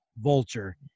Vulture